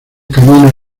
camino